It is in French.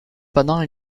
pendant